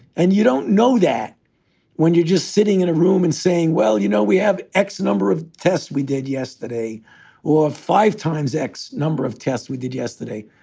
and you don't know that when you're just sitting in a room and saying, well, you know, we have x number of tests we did yesterday or five times x number of tests we did yesterday.